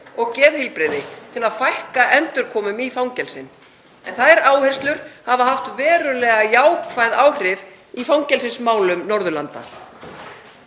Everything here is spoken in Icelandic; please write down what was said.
og geðheilbrigði til að fækka endurkomum í fangelsin, en þær áherslur hafa haft verulega jákvæð áhrif í fangelsismálum Norðurlanda.